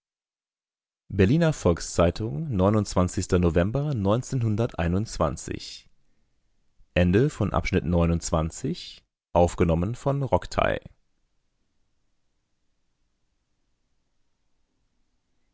berliner volks-zeitung november